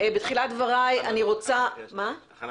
הכנה